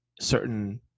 certain